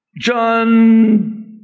John